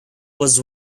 was